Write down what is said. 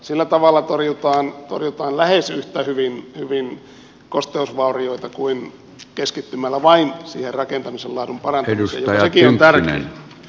sillä tavalla torjutaan lähes yhtä hyvin kosteusvaurioita kuin keskittymällä vain siihen rakentamisen laadun parantamiseen joka sekin on tärkeätä